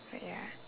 but ya